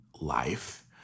life